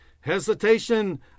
Hesitation